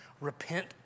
Repent